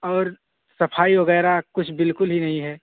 اور صفائی وغیرہ کچھ بالکل ہی نہیں ہے